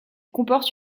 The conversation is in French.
comporte